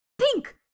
pink